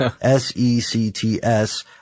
S-E-C-T-S